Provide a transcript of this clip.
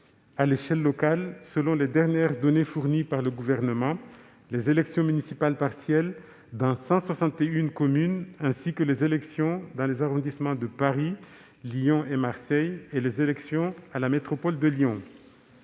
À l'échelle locale, selon les dernières données fournies par le Gouvernement, sont concernées des élections municipales partielles dans 161 communes, les élections dans les arrondissements de Paris, Lyon et Marseille et les élections à la métropole de Lyon,